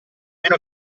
meno